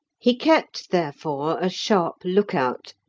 he kept, therefore, a sharp look-out,